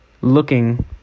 looking